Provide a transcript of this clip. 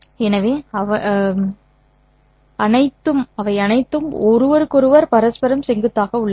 எனவே அவை அனைத்தும் ஒருவருக்கொருவர் பரஸ்பரம் செங்குத்தாக உள்ளன